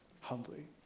humbly